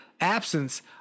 absence